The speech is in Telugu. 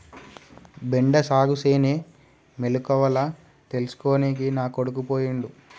బెండ సాగుసేనే మెలకువల తెల్సుకోనికే నా కొడుకు పోయిండు